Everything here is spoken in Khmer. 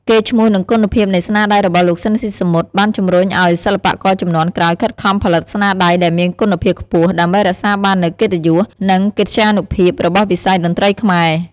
កេរ្តិ៍ឈ្មោះ និងគុណភាពនៃស្នាដៃរបស់លោក ស៊ីន ស៊ីសាមុត បានជំរុញឱ្យសិល្បករជំនាន់ក្រោយខិតខំផលិតស្នាដៃដែលមានគុណភាពខ្ពស់ ដើម្បីរក្សាបាននូវកិត្តិយស និងកិត្យានុភាពរបស់វិស័យតន្ត្រីខ្មែរ ។